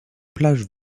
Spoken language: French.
plages